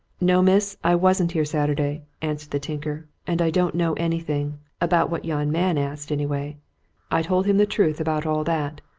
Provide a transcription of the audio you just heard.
no, miss, i wasn't here saturday, answered the tinker, and i don't know anything about what yon man asked, anyway i told him the truth about all that.